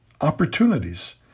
opportunities